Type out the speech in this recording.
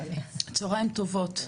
צוהריים טובות.